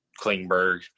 Klingberg